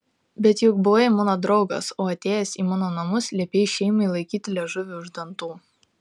bet juk buvai mano draugas o atėjęs į mano namus liepei šeimai laikyti liežuvį už dantų